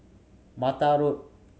Mata Road